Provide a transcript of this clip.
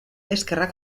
eskerrak